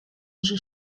уже